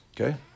Okay